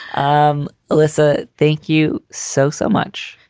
um melissa, thank you so, so much.